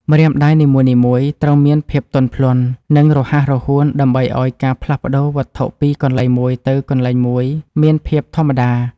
ម្រាមដៃនីមួយៗត្រូវមានភាពទន់ភ្លន់ និង រហ័សរហួនដើម្បីឱ្យការផ្លាស់ប្តូរវត្ថុពីកន្លែងមួយទៅកន្លែងមួយមានភាពធម្មតា។